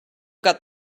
got